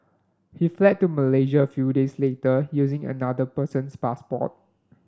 he fled to Malaysia a few days later using another person's passport